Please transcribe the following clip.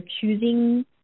choosing